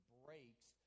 breaks